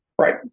Right